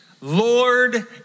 lord